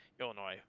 Illinois